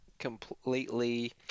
Completely